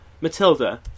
Matilda